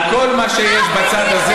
למה, אנחנו לא שירתנו?